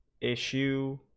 issue